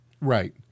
Right